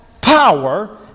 power